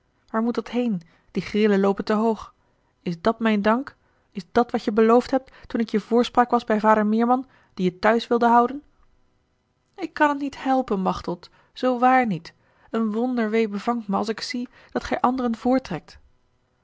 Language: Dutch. waar moet dat heen die grillen loopen te hoog is dat mijn dank is dat wat je beloofd hebt toen ik je voorspraak was bij vader meerman die je thuis wilde houden ik kan t niet helpen machteld zoo waar niet een wonder wee bevangt me als ik zie dat gij anderen